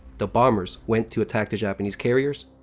the bombers went to attack the japanese carriers.